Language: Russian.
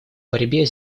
борьбе